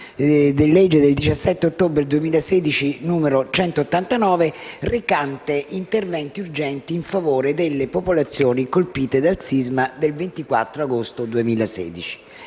decreto-legge del 17 ottobre 2016, n. 189, recante interventi urgenti in favore delle popolazioni colpite dal sisma del 24 agosto 2016.